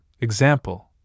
example